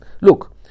Look